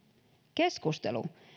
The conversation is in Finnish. keskustelu